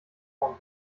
form